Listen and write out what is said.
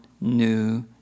new